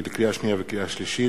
לקריאה שנייה ולקריאה שלישית,